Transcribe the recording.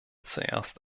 zuerst